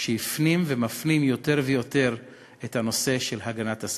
שהפנים ומפנים יותר ויותר את הנושא של הגנת הסביבה.